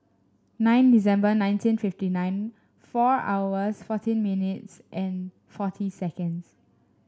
nine December nineteen fifty nine four hours fourteen minutes and forty seconds